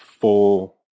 full